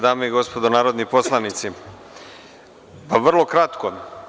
Dame i gospodo narodni poslanici, vrlo kratko.